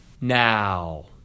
now